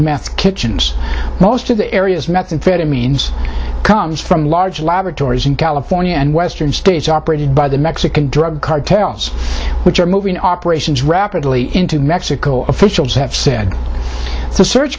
meth kitchens most of the area's methamphetamines comes from large laboratories in california and western states operated by the mexican drug cartels which are moving operations rapidly into mexico officials have said so search